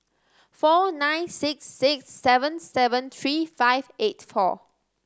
four nine six six seven seven three five eight four